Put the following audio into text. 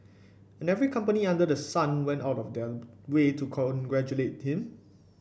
and every company under the sun went out of their way to congratulate him